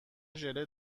ژله